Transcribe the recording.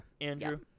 andrew